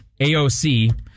AOC